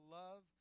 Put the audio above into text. love